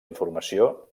informació